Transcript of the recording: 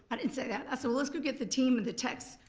i didn't say that. i said, well let's go get the team with the texts.